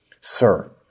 sir